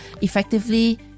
effectively